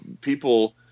people